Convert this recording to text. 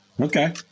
Okay